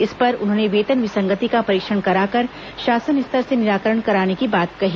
इस पर उन्होंने वेतन विसंगति का परीक्षण कराकर शासन स्तर से निराकरण कराने की बात कही